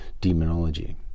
demonology